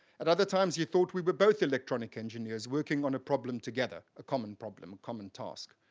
at other times he thought we were both electronic engineers working on a problem together, a common problem, a common task.